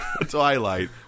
Twilight